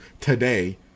today